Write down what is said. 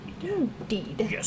indeed